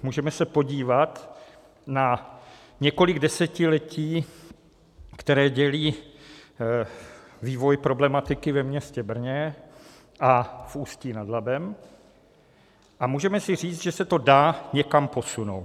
Můžeme se podívat na několik desetiletí, které dělí vývoj problematiky ve městě Brně a v Ústí nad Labem, a můžeme si říct, že se to dá někam posunout.